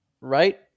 right